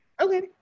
Okay